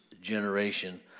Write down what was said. generation